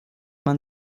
man